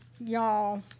y'all